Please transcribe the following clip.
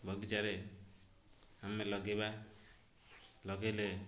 ବଗିଚାରେ ଆମେ ଲଗାଇବା ଲଗାଇଲେ